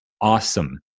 awesome